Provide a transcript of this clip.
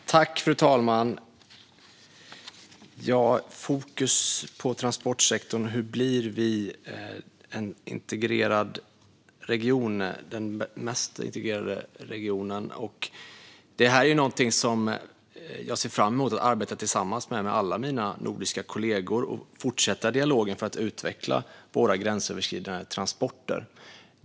Fru talman! Gunilla Svantorp frågade hur vi med fokus på transportsektorn blir den mest integrerade regionen. Jag ser fram emot att arbeta med detta tillsammans med alla mina nordiska kollegor och fortsätta dialogen för att utveckla våra gränsöverskridande transporter.